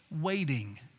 waiting